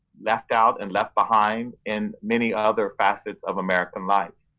left out and left behind in many other facets of american life.